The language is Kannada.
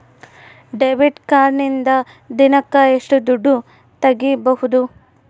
ಡೆಬಿಟ್ ಕಾರ್ಡಿನಿಂದ ದಿನಕ್ಕ ಎಷ್ಟು ದುಡ್ಡು ತಗಿಬಹುದು?